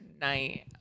night